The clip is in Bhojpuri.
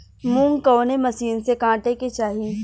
मूंग कवने मसीन से कांटेके चाही?